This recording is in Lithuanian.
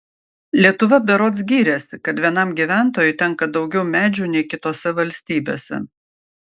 lietuva berods gyrėsi kad vienam gyventojui tenka daugiau medžių nei kitose valstybėse